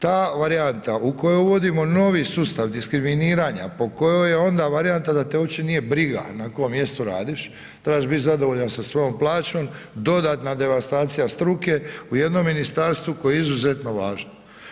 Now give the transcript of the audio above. Ta varijanta u kojoj uvodimo novi sustav diskriminiranja po kojoj je onda varijanta da te uopće nije briga na kojem mjestu radiš, trebaš biti zadovoljan sa svojom plaćom, dodatna devastacija struke, u jednom ministarstvu koje je izuzetno važno.